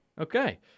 Okay